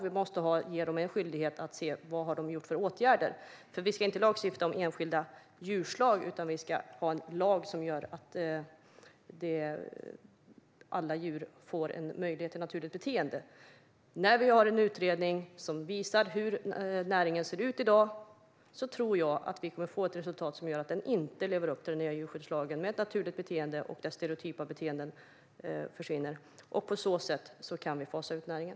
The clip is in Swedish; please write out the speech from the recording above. Vi har en skyldighet att se vad man har vidtagit för åtgärder. Vi ska nämligen inte lagstifta om enskilda djurslag, utan vi ska ha en lag som gör att alla djur får möjlighet till naturligt beteende. När vi har en utredning som visar hur näringen ser ut i dag tror jag att vi kommer att få ett resultat som säger att den inte lever upp till den nya djurskyddslagen, som kräver naturligt beteende och ser till att stereotypa beteenden försvinner. På så sätt kan vi fasa ut näringen.